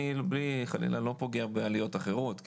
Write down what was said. אני חלילה לא פוגע בעליות אחרות.